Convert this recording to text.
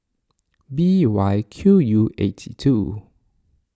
B Y Q U eighty two